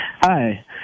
Hi